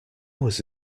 was